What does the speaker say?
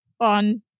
on